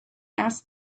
asked